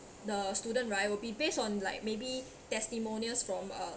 the student right will be based on like maybe testimonials from uh